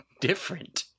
different